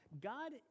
God